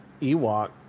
Ewok